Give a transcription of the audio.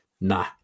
nah